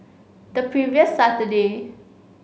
the previous Saturday